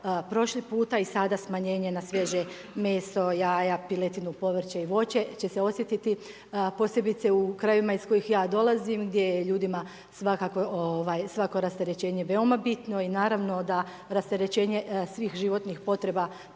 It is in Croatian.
Prošli puta i sada smanjenje na svježe meso, jaja, piletinu, povrće i voće će se osjetiti posebice u krajevima iz kojih ja dolazim, gdje je ljudima svakako rasterećenje veoma bitno i naravno da rasterećenje svih životnih potreba